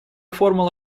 формула